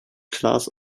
class